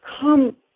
Come